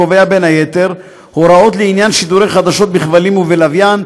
קובע בין היתר הוראות לעניין שידורי חדשות בכבלים ובלוויין.